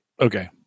Okay